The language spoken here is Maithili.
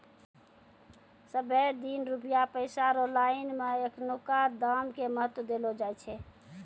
सबहे दिन रुपया पैसा रो लाइन मे एखनुका दाम के महत्व देलो जाय छै